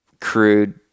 crude